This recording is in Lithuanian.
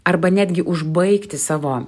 arba netgi užbaigti savo